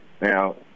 Now